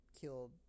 killed